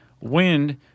wind